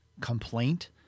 complaint